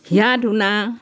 হিয়া ধোনা